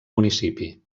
municipi